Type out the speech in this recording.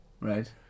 Right